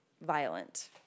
Violent